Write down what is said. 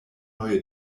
neue